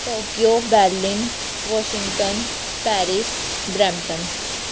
Tokyo Berlin Washington Paris Brampton